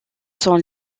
son